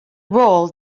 role